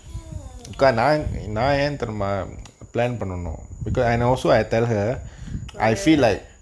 mm பாரு:paaru